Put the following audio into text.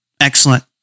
Excellent